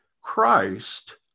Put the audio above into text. Christ